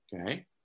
Okay